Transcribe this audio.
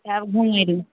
आएब घुमैलए